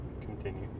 continue